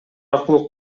аркылуу